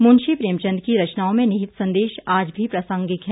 मुंशी प्रेम चंद की रचनाओं में निहीत संदेश आज भी प्रासंगिक हैं